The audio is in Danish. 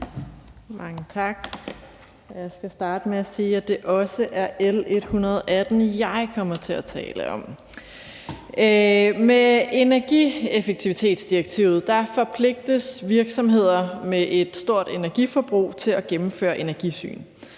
Jeg skal starte med at sige, at det også er L 118, jeg kommer til at tale om. Med energieffektivitetsdirektivet forpligtes virksomheder med et stort energiforbrug til at gennemføre energisyn.